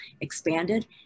expanded